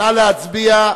נא להצביע.